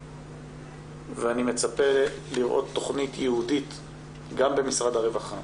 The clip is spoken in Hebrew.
אני מצפה לראות תכנית ייעודית במשרד הרווחה,